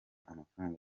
amafaranga